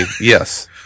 yes